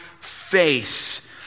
face